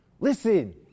Listen